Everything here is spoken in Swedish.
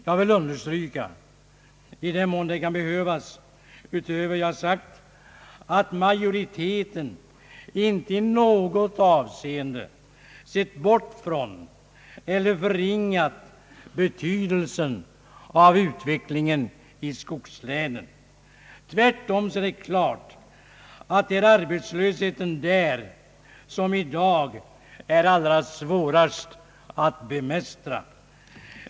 Jag vill understryka, i den mån det kan behövas utöver vad jag tidigare sagt, att majoriteten inte i något avseende sett bort från eller förringat betydelsen av utvecklingen i skogslänen. Tvärtom är det klart att det är arbetslösheten där som i dag är allra svårast att bemästra.